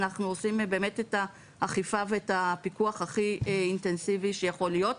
אנחנו עושים באמת את האכיפה ואת הפיקוח הכי אינטנסיבי שיכול להיות.